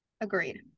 Agreed